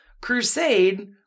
crusade